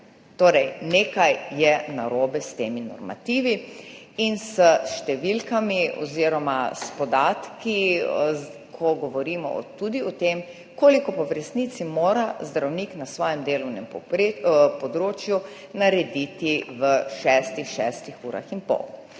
Torej, nekaj je narobe s temi normativi in s številkami oziroma s podatki, ko govorimo tudi o tem, koliko pa v resnici mora zdravnik na svojem delovnem področju narediti v šestih urah, šestih urah in pol.